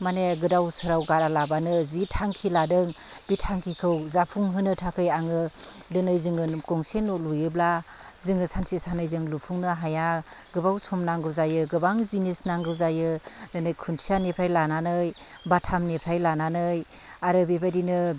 माने गोदाव सोराव गारा लाबानो जि थांखि लादों बे थांखिखौ जाफुंहोनो थाखै आङो दिनै जोङो गंसे न' लुयोब्ला जोङो सानसे साननैजों लुफुंनो हाया गोबाव सम नांगौ जायो गोबां जिनिस नांगौ जायो दिनै खुन्थियानिफ्राय लानानै बाथामनिफ्राय लानानै आरो बेबायदिनो